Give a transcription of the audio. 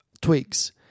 twigs